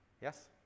yes